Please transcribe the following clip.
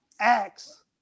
acts